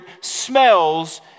smells